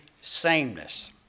sameness